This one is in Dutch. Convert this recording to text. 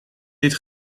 dit